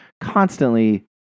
constantly